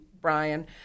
Brian